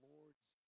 Lord's